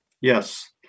Yes